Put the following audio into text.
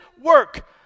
work